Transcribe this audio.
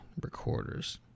recorders